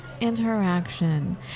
interaction